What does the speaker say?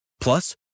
Plus